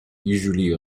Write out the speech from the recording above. usually